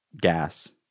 Gas